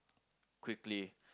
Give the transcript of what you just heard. quickly